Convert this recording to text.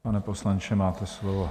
Pane poslanče, máte slovo.